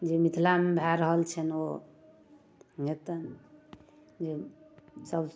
जे मिथिलामे भऽ रहल छनि ओ हेतनि जेसब